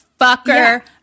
fucker